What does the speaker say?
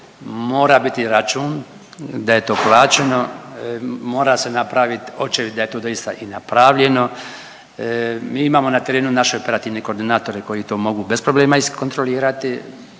mora biti račun da je to plaćeno, mora se napravit očevid da je to doista i napravljeno. Mi imamo na terenu naše operativne koordinatore koji to mogu bez problema iskontrolirati,